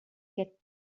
get